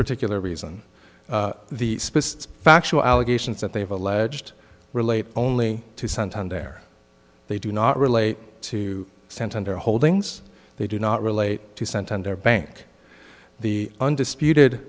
particular reason the factual allegations that they've alleged relate only to sometime there they do not relate to santander holdings they do not relate to sent on their bank the undisputed